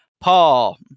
Paul